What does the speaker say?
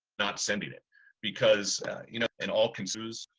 not sending it because you know in all consumes